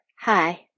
Hi